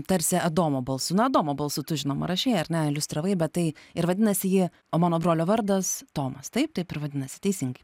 tarsi adomo balsu na adomo balsu tu žinoma rašei ar ne iliustravai bet tai ir vadinasi ji o mano brolio vardas tomas taip taip ir vadinasi teisingai